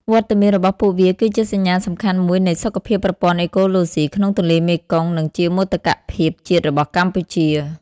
វត្តមានរបស់ពួកវាគឺជាសញ្ញាសំខាន់មួយនៃសុខភាពប្រព័ន្ធអេកូឡូស៊ីក្នុងទន្លេមេគង្គ និងជាមោទកភាពជាតិរបស់កម្ពុជា។